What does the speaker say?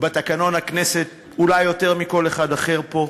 בתקנון הכנסת אולי יותר מכל אחד אחר פה,